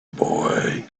boy